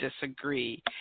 disagree